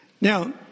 Now